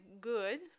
good